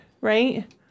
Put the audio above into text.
right